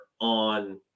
on